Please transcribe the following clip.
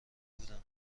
بودند